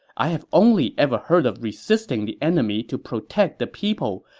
i have only ever heard of resisting the enemy to protect the people,